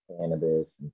cannabis